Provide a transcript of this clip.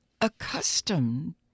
accustomed